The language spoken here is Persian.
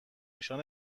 نشان